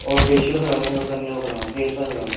ते ओह् फैशियल कराने हे कन्नै ओह् हेयर स्टाईल कराना